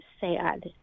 sad